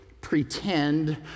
pretend